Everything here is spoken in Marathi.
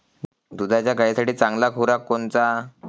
दुधाच्या गायीसाठी चांगला खुराक कोनचा?